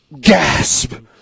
Gasp